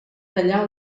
tallar